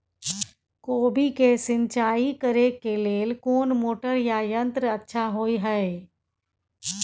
कोबी के सिंचाई करे के लेल कोन मोटर या यंत्र अच्छा होय है?